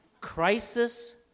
Crisis